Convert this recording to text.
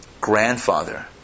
grandfather